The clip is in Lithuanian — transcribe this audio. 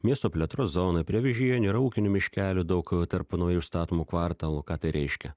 miesto plėtros zonoj prie avižienių yra ūkinių miškelių daug tarp naujai užstatomų kvartalų ką tai reiškia